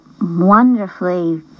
wonderfully